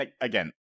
Again